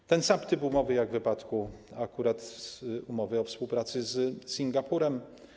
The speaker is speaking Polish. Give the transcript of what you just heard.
To ten sam typ umowy jak w wypadku akurat umowy o współpracy z Singapurem.